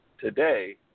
today